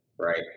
right